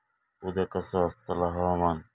उद्या कसा आसतला हवामान?